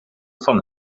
van